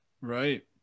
Right